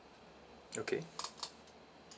okay